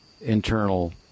internal